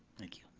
thank you.